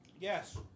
Yes